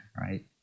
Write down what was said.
right